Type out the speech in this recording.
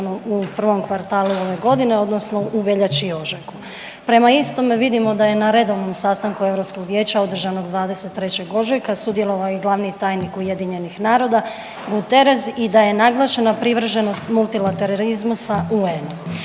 u prvom kvartalu ove godine odnosno u veljači i ožujku. Prema istome vidimo da je na redovnom sastanku Europskog vijeća održanog 23. ožujka sudjelovao i glavni tajnik UN-a Guterres i da je naglašena privrženost multilaterizmu sa UN-om.